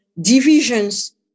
divisions